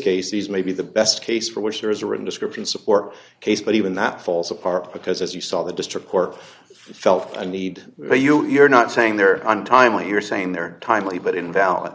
case these may be the best case for which there is a written description support case but even that falls apart because as you saw the district court felt the need but you're not saying they're on time or you're saying they're timely but invalid